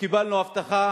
וקיבלנו הבטחה